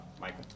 Michael